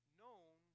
known